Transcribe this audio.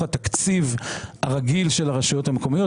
התקציב הרגיל של הרשויות המקומיות.